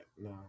No